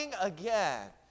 again